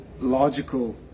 logical